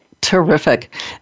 Terrific